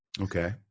Okay